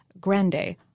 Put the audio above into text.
Grande